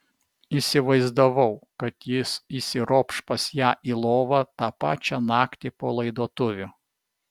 įsivaizdavau kad jis įsiropš pas ją į lovą tą pačią naktį po laidotuvių